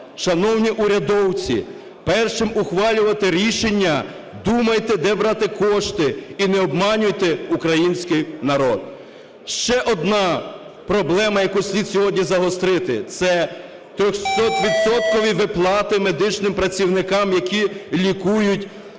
Шановні урядовці, перш ніж ухвалювати рішення, думайте, де брати кошти, і не обманюйте український народ. Ще одна проблема, яку слід сьогодні загострити, – це 300-відсоткові виплати медичним працівникам, які лікують